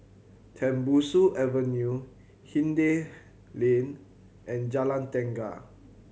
Tembusu Avenue Hindhede Lane and Jalan Tenaga